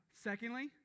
Secondly